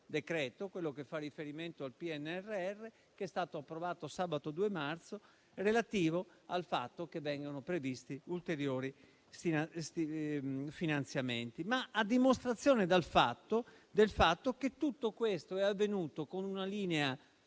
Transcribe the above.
quello che fa riferimento al PNRR, che è stato approvato sabato 2 marzo, relativo al fatto che vengano previsti ulteriori finanziamenti. Ciò a dimostrazione del fatto che tutto questo è avvenuto con una linea